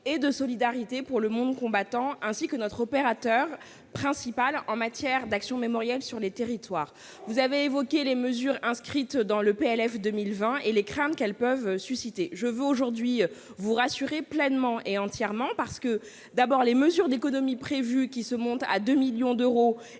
et de solidarité pour le monde combattant, ainsi que notre opérateur principal en matière d'action mémorielle sur les territoires. Vous avez évoqué les mesures inscrites dans le projet de loi de finances pour 2020 et les craintes qu'elles peuvent susciter. Je veux aujourd'hui vous rassurer pleinement à cet égard. Les mesures d'économie prévues, pour un montant de 2 millions d'euros,